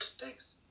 thanks